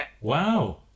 Wow